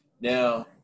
Now